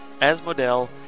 Asmodel